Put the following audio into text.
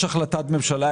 יש החלטת ממשלה,